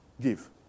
Give